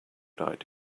good